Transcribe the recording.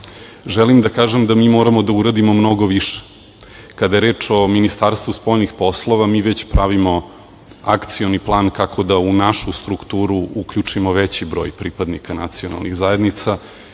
želim da kažem da mi moramo da uradimo mnogo više. Kada je reč o Ministarstvu spoljnih poslova, mi već pravimo akcioni plan kako da u našu strukturu uključimo veći broj pripadnika nacionalnih zajednica